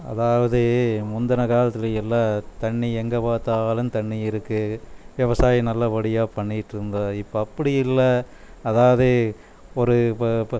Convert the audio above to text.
அதாவது முந்தின காலத்தில் எல்லாம் தண்ணி எங்கே பார்த்தாலும் தண்ணி இருக்குது விவசாயம் நல்லபடியாக பண்ணிக்கிட்டிருந்த இப்போ அப்படி இல்லை அதாவது ஒரு